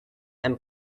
and